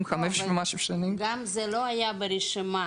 מעל חמש שנים --- זה לא היה ברשימת